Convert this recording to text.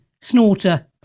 snorter